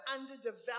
underdeveloped